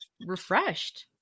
refreshed